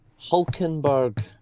Hulkenberg